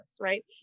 Right